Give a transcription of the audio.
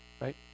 right